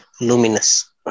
luminous